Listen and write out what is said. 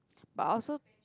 but I also